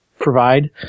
provide